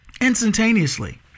instantaneously